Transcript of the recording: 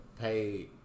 pay